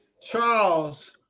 Charles